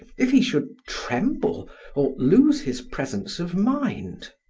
if he should tremble or lose his presence of mind?